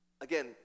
again